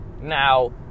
Now